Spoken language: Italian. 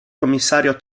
commissario